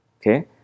Okay